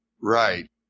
right